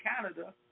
Canada